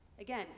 Again